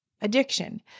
addiction